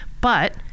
But-